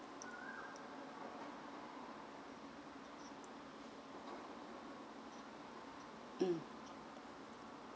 mm